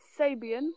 Sabian